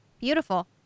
Beautiful